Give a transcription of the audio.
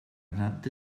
nannte